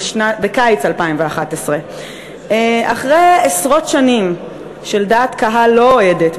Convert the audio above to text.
בקיץ 2011. אחרי עשרות שנים של דעת קהל לא אוהדת,